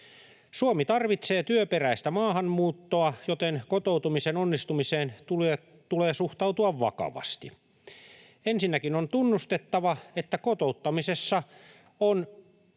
Suomi tarvitsee työperäistä maahanmuuttoa, joten kotoutumisen onnistumiseen tulee suhtautua vakavasti. Ensinnäkin on tunnustettava, että kotouttamisessa on